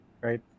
right